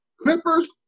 Clippers